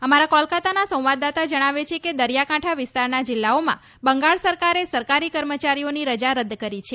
અમારા કોલકતાના સંવાદદાતા જણાવે છે કે દરિયા કાંઠા વિસ્તારના જિલ્લાઓમાં બંગાળ સરકારે સરકારી કર્મચારીઓની રજા રદ કરી છે